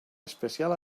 especial